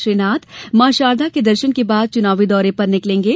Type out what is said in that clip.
श्री नाथ मां शारदा के दर्शन के बाद चुनावी दौरे पर निकलेंगे